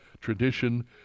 tradition